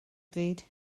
bryd